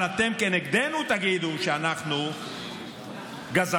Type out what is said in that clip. כנגדנו אתם תגידו שאנחנו גזענים,